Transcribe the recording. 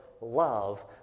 love